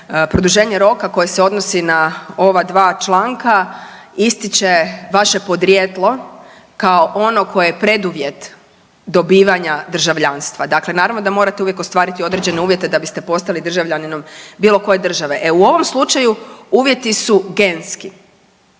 produženje roka koje se odnosi na ova dva članka, ističe vaše podrijetlo kao ono koje je preduvjet dobivanja državljanstva, dakle naravno da morate uvijek ostvariti određene uvjete da biste postali državljaninom bilokoje države, e u ovom slučaju uvjeti su genski.